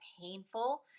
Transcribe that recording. painful